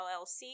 LLC